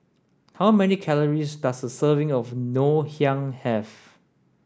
how many calories does a serving of Ngoh Hiang Have